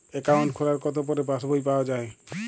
Account খোলার কতো পরে পাস বই পাওয়া য়ায়?